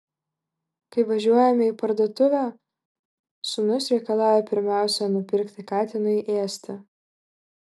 kai važiuojame į parduotuvę sūnus reikalauja pirmiausia nupirkti katinui ėsti